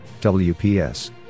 WPS